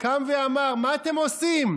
הוא קם ואמר: מה אתם עושים?